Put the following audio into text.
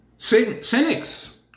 Cynics